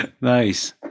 Nice